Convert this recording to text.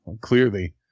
clearly